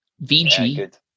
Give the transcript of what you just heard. VG